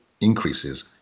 increases